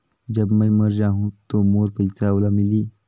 जब मै मर जाहूं तो मोर पइसा ओला मिली?